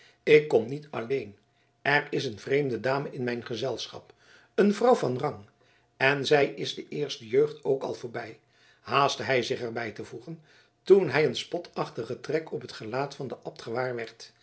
ik kom niet alleen er is een vreemde dame in mijn gezelschap een vrouw van rang en zij is de eerste jeugd ook al voorbij haastte hij zich er bij te voegen toen hij een spotachtigen trek op het gelaat van den